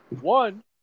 One